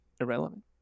irrelevant